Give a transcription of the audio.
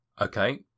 Okay